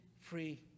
free